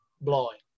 blowing